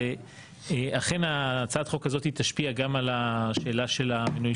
אכן הצעת החוק הזאת תשפיע גם על השאלה של המינוי